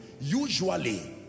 Usually